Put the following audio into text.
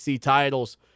titles